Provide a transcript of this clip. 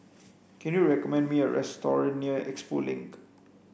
can you recommend me a near Expo Link